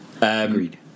agreed